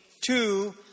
two